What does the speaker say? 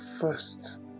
first